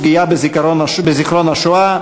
פגיעה בזיכרון השואה),